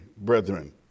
brethren